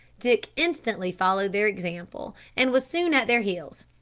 dick instantly followed their example and was soon at their heels.